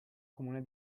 comune